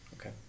Okay